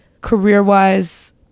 career-wise